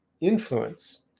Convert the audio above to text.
influence